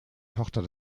tochter